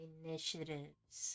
initiatives